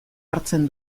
hartzen